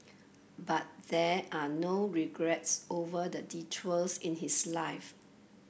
but there are no regrets over the detours in his life